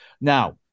Now